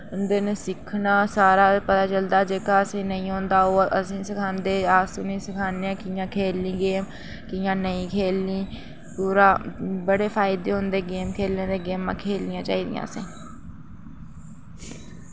उं'दे नै सिक्खना सारा पता चलदा जेह्का असें नेईं औंदा ओह् असें सिखांदे अस उ'ने सिखान्ने आं कि'यां खेढनी गेम कि'यां नेईं खेढनी पूरा बड़े फायदे होंदे गेम खेढने दे गेमां खेढनियां चाहिदियां असें